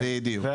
בדיוק.